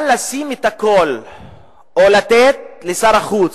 אבל לשים את הכול או לתת לשר החוץ,